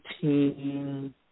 team